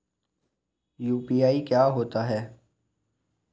UPI क्या होता है?